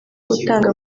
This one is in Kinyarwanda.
gutanga